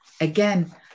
again